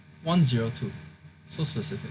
one zero two so specific